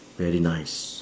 very nice